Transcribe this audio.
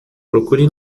procure